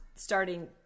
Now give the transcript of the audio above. starting